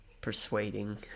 persuading